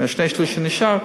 ושני-השלישים שנשארו,